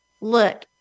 Look